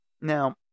Now